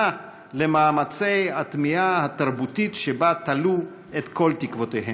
למאמצי הטמיעה התרבותית שבה תלו את כל תקוותיהם.